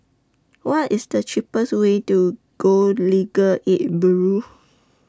What IS The cheapest Way to Go Legal Aid Bureau